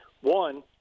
One